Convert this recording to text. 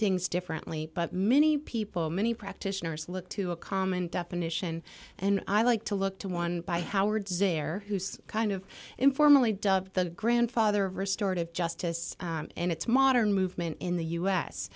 things differently but many people many practitioners look to a common definition and i like to look to one by howard zinn there who's kind of informally dubbed the grandfather restored of justice in its modern movement in the u